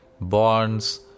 bonds